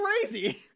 crazy